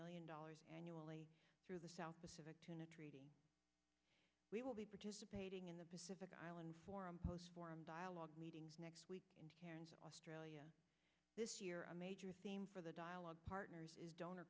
million dollars annually through the south pacific tuna treaty we will be participating in the pacific island forum posts forum dialogue meetings next week in australia this year a major theme for the dialogue partners is donor